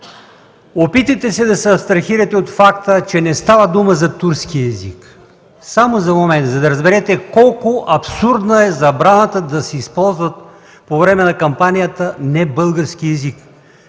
за момент да се абстрахирате от факта, че не става дума за турски език, за да разберете колко абсурдна е забраната да се използва по време на кампанията небългарски език.